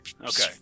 Okay